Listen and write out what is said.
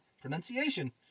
Pronunciation